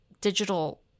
digital